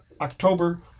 October